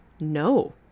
no